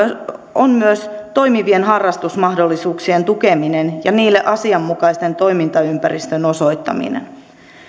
on myös toimivien harrastusmahdollisuuksien tukeminen ja niille asianmukaisen toimintaympäristön osoittaminen